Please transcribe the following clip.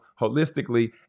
holistically